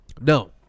No